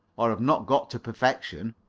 or have not got to perfection.